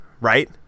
Right